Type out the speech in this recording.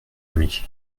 ami